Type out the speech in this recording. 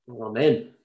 Amen